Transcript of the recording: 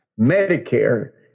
Medicare